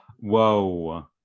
Whoa